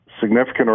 significant